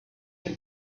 can